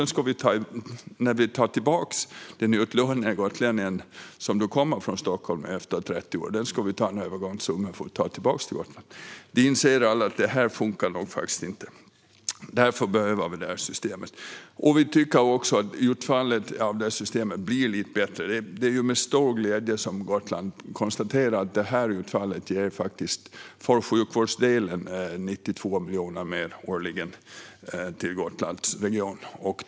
När vi tar tillbaka den utlånade gotlänningen till Gotland, som kommer tillbaka från Stockholm efter 30 år, ska vi ta ut en övergångssumma. Alla inser att detta nog inte funkar. Därför behöver vi detta system. Vi tycker också att utfallet av detta system blir lite bättre. Det är med stor glädje som Gotland konstaterar att detta utfall ger sjukvården 92 miljoner mer årligen till Region Gotland.